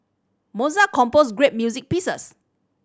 Mozart composed great music pieces